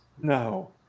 No